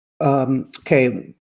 Okay